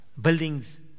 buildings